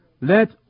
let